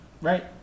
right